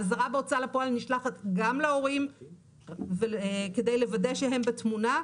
האזהרה בהוצאה לפועל נשלחת גם להורים כדי לוודא שהם בתמונה.